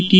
T